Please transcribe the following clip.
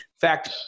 fact